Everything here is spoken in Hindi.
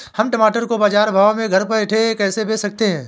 हम टमाटर को बाजार भाव में घर बैठे कैसे बेच सकते हैं?